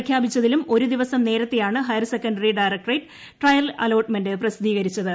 പ്രഖ്യാപിച്ചതിലും ഒരു ദിവസം നേരത്തെയാണ് ഹയർസെക്കൻറി ഡയറക്ട്രേറ്റ് ട്രയൽ അലോട്ട്മെന്റ് പ്രസിദ്ധീകരിച്ചത്